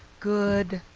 good